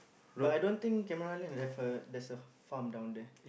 but I don't think Cameron-Highland have a there's a farm over there